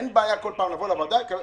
אין בעיה כל פעם לבוא לוועדה ולקבל,